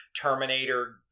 Terminator